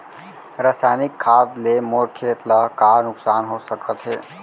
रसायनिक खाद ले मोर खेत ला का नुकसान हो सकत हे?